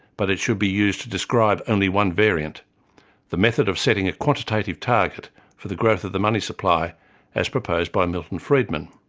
but it should be used to describe only one variant the method of setting a quantitative target for the growth of the money supply as proposed by milton freedman.